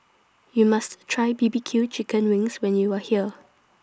YOU must Try B B Q Chicken Wings when YOU Are here